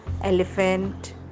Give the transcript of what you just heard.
elephant